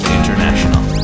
International